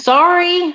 Sorry